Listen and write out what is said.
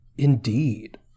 Indeed